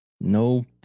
no